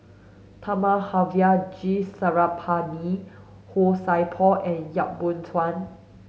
Thamizhavel G Sarangapani Han Sai Por and Yap Boon Chuan